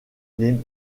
les